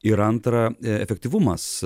ir antra efektyvumas